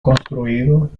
construido